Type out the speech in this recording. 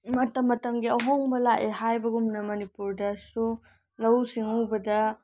ꯃꯇꯝ ꯃꯇꯝꯒꯤ ꯑꯍꯣꯡꯕ ꯂꯥꯛꯑꯦ ꯍꯥꯏꯕꯒꯨꯝꯅ ꯃꯅꯤꯄꯨꯔꯗꯁꯨ ꯂꯧꯎ ꯁꯤꯡꯎꯕꯗ